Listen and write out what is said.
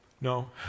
No